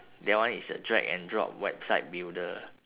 that one is a drag and drop website builder